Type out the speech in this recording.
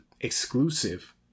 exclusive